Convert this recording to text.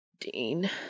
Dean